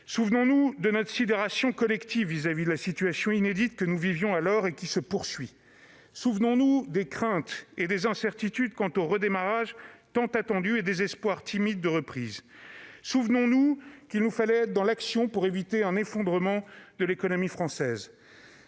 Souvenons-nous de notre sidération collective face à la situation inédite que nous vivions alors et qui se poursuit. Souvenons-nous des craintes et des incertitudes quant au redémarrage tant attendu et des espoirs timides de reprise. Souvenons-nous qu'il nous fallait être dans l'action pour éviter un effondrement de l'économie française.